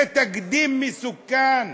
זה תקדים מסוכן.